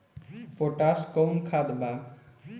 Potash कोउन खाद बा?